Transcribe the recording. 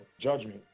Judgment